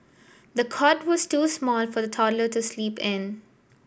the cot was too small for the toddler to sleep in